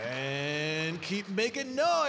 and keep making no